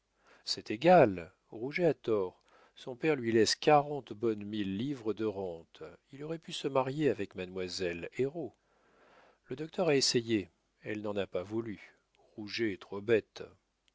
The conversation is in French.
c'est égal rouget a tort son père lui laisse quarante bonnes mille livres de rente il aurait pu se marier avec mademoiselle héreau le docteur a essayé elle n'en a pas voulu rouget est trop bête